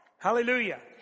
Hallelujah